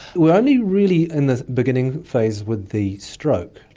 we're only really in the beginning phase with the stroke.